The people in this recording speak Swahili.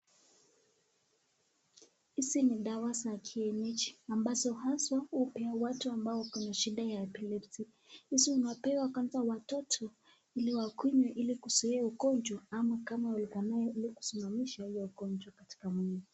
Hizi ni dawa ya kienyeji ambazo haswa hupewa watu ambao wako na shida ya epilepsy ,hizi inapewa kwanza watoto ili wakunywe ili kuzuia ugonjwa ama kama walikuwa nayo ili kusimamisha hiyo ugonjwa katika mwili.